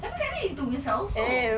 tapi kakak into musa also